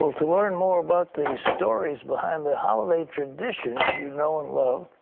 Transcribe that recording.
to learn more about the stories behind the holiday traditions you know and love,